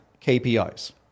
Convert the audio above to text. KPIs